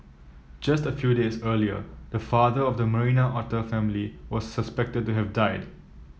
just a few days earlier the father of the Marina otter family was suspected to have died